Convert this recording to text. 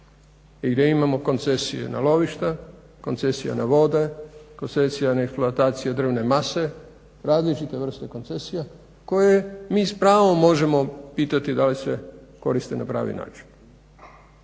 gdje imamo koncesije na lovišta, koncesije na vode, koncesije eksploatacija drvne mase, različite vrste koncesija koje mi s pravom možemo pitati da li se koriste na pravi način